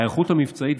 ההיערכות המבצעית,